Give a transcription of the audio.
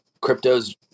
crypto's